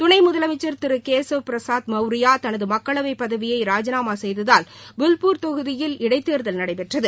துணை முதலமைச்சர் திரு கேசவ் பிரசாத் மவுரியா தமது மக்களவை பதவியை ராஜினாமா செய்ததால் புல்பூர் தொகுதியில் இடை தேர்தல் நடைபெற்றது